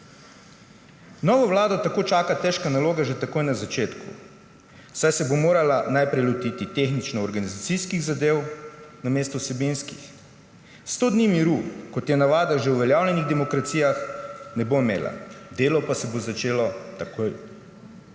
Novo vlado tako čaka težka naloga že takoj na začetku, saj se bo morala najprej lotiti tehnično-organizacijskih zadev namesto vsebinskih. 100 dni miru, kot je navada v že uveljavljenih demokracijah, ne bo imela, delo pa se bo začelo takoj.